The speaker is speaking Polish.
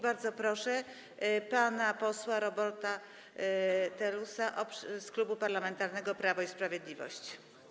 Bardzo proszę pana posła Roberta Telusa z Klubu Parlamentarnego Prawo i Sprawiedliwość.